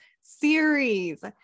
series